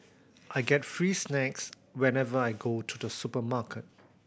I get free snacks whenever I go to the supermarket